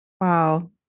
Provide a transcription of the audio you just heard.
Wow